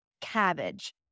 cabbage